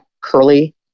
curly